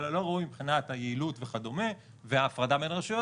אלא לא ראוי מבחינת היעילות וכדומה וההפרדה בין הרשויות,